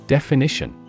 Definition